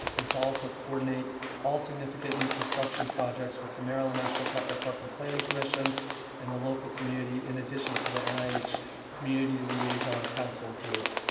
and to also coordinate all significant new construction projects with the maryland-national capital park and planning commission and the local community in addition to the and nih community liaison council group.